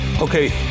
okay